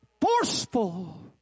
forceful